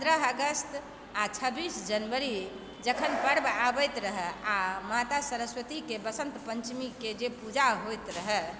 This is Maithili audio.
पन्द्रह अगस्त आ छब्बीस जनवरी जखन पर्व आबति रहय आ माता सरस्वतीके बसन्त पञ्चमीके जे पूजा होइत रहय